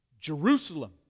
Jerusalem